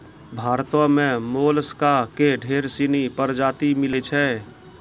भारतो में मोलसका के ढेर सिनी परजाती मिलै छै